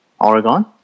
Oregon